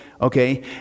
okay